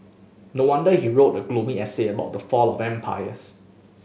no wonder he wrote a gloomy essay about the fall of empires